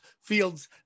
fields